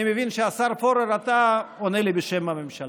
אני מבין, השר פורר, שאתה עונה לי בשם הממשלה,